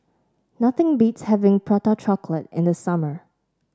nothing beats having Prata Chocolate in the summer